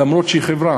למרות שהיא חברה,